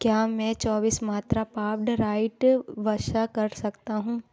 क्या मैं चौबीस मात्रा पावड राइट वसा कर सकता हूँ